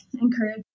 encourage